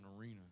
arena